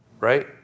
Right